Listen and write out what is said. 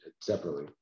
separately